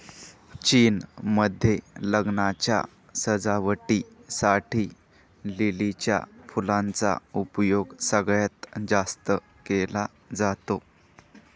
चीन मध्ये लग्नाच्या सजावटी साठी लिलीच्या फुलांचा उपयोग सगळ्यात जास्त केला जातो